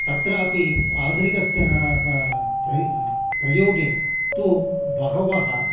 तत्र अपि आधुनिके प्रयोगे तु बहवः